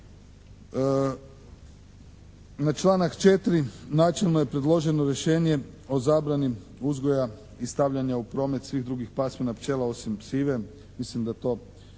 Na članak 4. načelno je predloženo rješenje o zabrani uzgoja i stavljanja u promet svih drugih pasmina pčela osim sive. Mislim da to